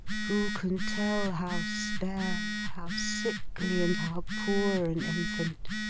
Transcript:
who can tell how spare, how sickly, and how poor an infant!